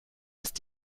ist